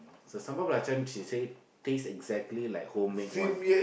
so sambal belacan she say taste exactly like homemade one